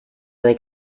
they